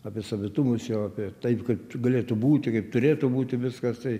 apie savitumus jo apie taip kaip galėtų būti kaip turėtų būti viskas tai